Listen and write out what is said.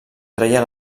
treia